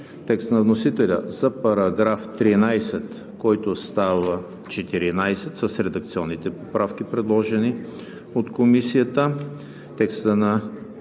текста на вносителя за § 13, който става § 14 с редакционните поправки, предложени от Комисията;